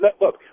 look